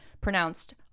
pronounced